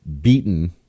beaten